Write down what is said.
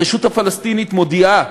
הרשות הפלסטינית מודיעה